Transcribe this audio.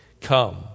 come